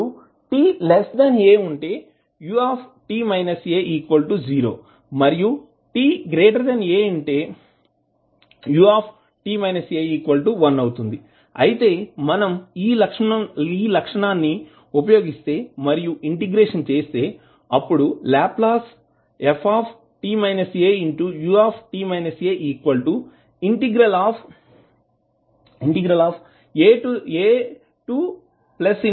ఇప్పుడు t a ఉంటే ut − a 0 మరియు t a ఉంటే ut − a 1 అవుతుంది అయితే మనం ఈ లక్షణం ని ఉపయోగిస్తే మరియు ఇంటిగ్రేషన్ చేస్తే అప్పుడు Lft auafe stdt అవుతుంది